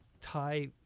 tie